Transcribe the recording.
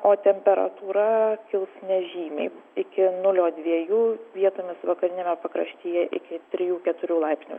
o temperatūra kils nežymiai iki nulio dviejų vietomis vakariniame pakraštyje iki trijų keturių laipsnių